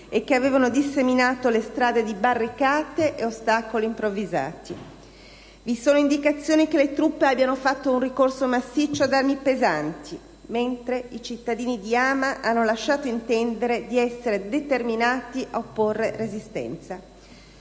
e che avevano disseminato le strade di barricate e ostacoli improvvisati. Vi sono indicazioni che le truppe abbiano fatto ricorso massiccio ad armi pesanti, mentre i cittadini di Hama hanno lasciato intendere di essere determinati ad opporre resistenza.